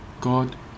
God